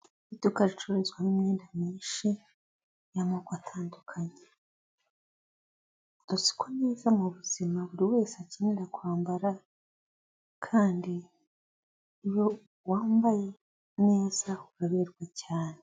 Iduka ricururizwamo imyenda myinshi y'amoko atandukanye, tuziko neza mu muzima buri wese akenera kwambara kandi iyo wambaye neza uraberwa cyane.